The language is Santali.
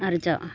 ᱟᱨᱡᱟᱜᱼᱟ